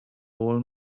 old